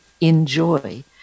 enjoy